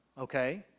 okay